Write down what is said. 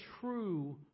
true